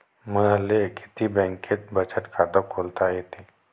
मले किती बँकेत बचत खात खोलता येते?